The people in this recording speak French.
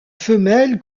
femelle